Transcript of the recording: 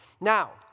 now